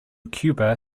cuba